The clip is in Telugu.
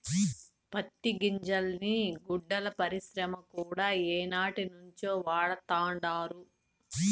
పత్తి గింజల్ని గుడ్డల పరిశ్రమల కూడా ఏనాటినుంచో వాడతండారు